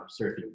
surfing